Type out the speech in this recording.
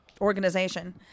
organization